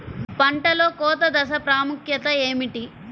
పంటలో కోత దశ ప్రాముఖ్యత ఏమిటి?